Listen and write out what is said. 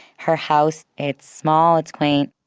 her house it's small, it's quaint,